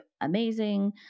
amazing